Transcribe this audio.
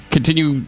Continue